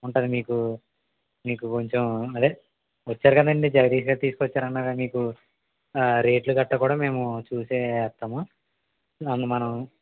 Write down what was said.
ఉంటుంది మీకు మీకు కొచ్చెం అదే వచ్చారు కదండి జగదీషే తీసుకొచ్చారు అన్న కదా మీకు రేట్ లు గట్ట కూడా మేము చూసే వేస్తాము మళ్ళీ మనం